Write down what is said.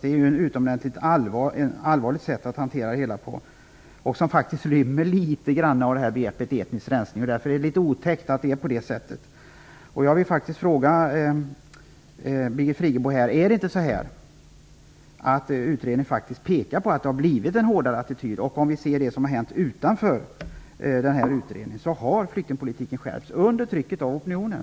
Det är mycket allvarligt att man hanterar frågorna på detta sätt, och det inrymmer faktiskt litet grand av begreppet etnisk rensning. Det är otäckt att det är så. Pekar inte utredningen på att attityden faktiskt har blivit hårdare? Flyktingpolitiken har skärpts under trycket av opinionen.